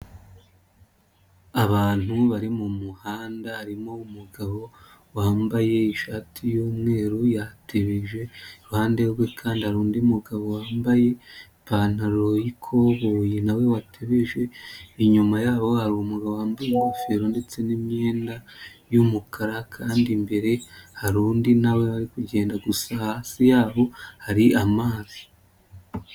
Abantu bari mu muhanda harimo umugabo wambaye ishati y'umweru yatebeje, iruhande rwe kandi hari undi mugabo wambaye ipantaro y'ikoboyi nawe watebeje, inyuma yabo hari umugabo wambaye ingofero ndetse n'imyenda y'umukara, kandi mbere hari undi nawe wari kugenda. Gusa hasi yabo hari amazi.